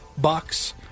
Bucks